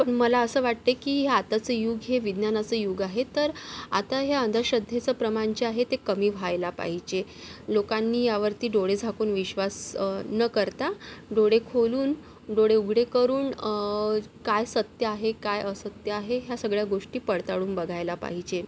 पण मला असं वाटते की आताचं युग हे विज्ञानाचं युग आहे तर आता ह्या अंधश्रद्धेचं प्रमाण जे आहे ते कमी व्हायला पाहिजे लोकांनी यावरती डोळे झाकून विश्वास न करता डोळे खोलून डोळे उघडे करून काय सत्य आहे काय असत्य आहे ह्या सगळ्या गोष्टी पडताळून बघायला पाहिजे